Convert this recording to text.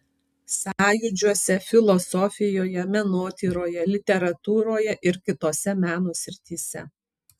sąjūdžiuose filosofijoje menotyroje literatūroje ir kitose meno srityse